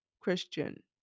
Christian